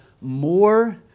more